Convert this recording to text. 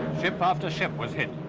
ship after ship was hit.